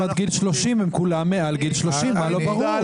מענקים עד גיל 30. הם כולם מעל גיל 30. מה לא ברור?